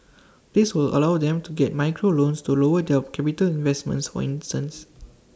this will allow them to get micro loans to lower their capital investments for instance